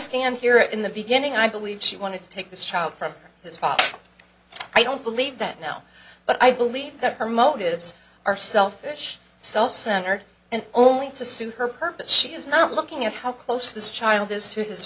stand here in the beginning i believe she wanted to take this child from his father i don't believe that now but i believe that her motives are selfish self centered and only to suit her purpose she is not looking at how close this child is to his